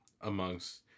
amongst